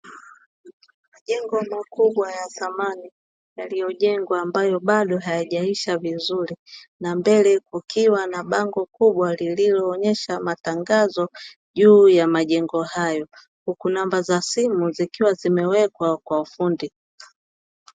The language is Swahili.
Majengo makubwa ya thamani yaliyojengwa ambayo bado hayajaisha vizuri, na mbele kukiwa na bango kubwa lililoonyesha matangazo juu ya majengo hayo, huku namba za simu zikiwa zimewekwa kwa ufundi.